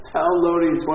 Downloading